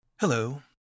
Hello